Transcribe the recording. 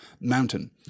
mountain